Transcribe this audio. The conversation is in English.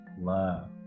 love